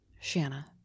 Shanna